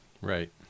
Right